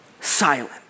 silent